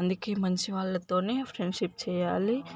అందుకే మంచి వాళ్ళతోనే ఫ్రెండ్షిప్ చేయాలి